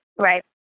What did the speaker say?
Right